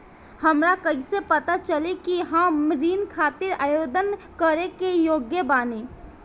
हमरा कईसे पता चली कि हम ऋण खातिर आवेदन करे के योग्य बानी?